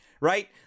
right